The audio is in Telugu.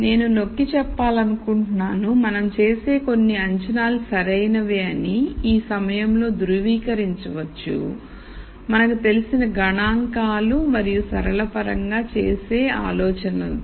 నేను నొక్కిచెప్పాలనుకుంటున్నాను మనం చేసే కొన్ని అంచనాలు సరైనవే అని ఈ సమయంలో ధ్రువీకరించవచ్చు మనకు తెలిసిన గణాంకాలు మరియు సరళ పరంగాచేసి చేసే ఆలోచనలతో